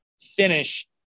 finish